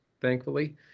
thankfully